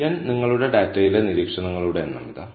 n നിങ്ങളുടെ ഡാറ്റയിലെ നിരീക്ഷണങ്ങളുടെ എണ്ണം ഇതാ